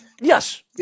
Yes